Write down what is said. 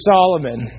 Solomon